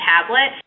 tablet